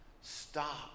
Stop